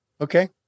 Okay